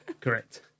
Correct